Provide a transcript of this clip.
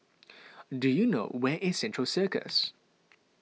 do you know where is Central Circus